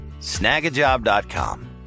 Snagajob.com